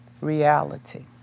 reality